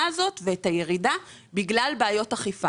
הזאת ואת הירידה בגלל בעיות אכיפה.